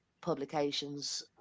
publications